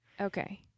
Okay